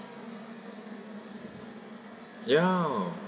ya